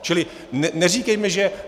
Čili neříkejme, že...